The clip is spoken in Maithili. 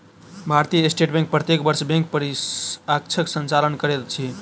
भारतीय स्टेट बैंक प्रत्येक वर्ष बैंक परीक्षाक संचालन करैत अछि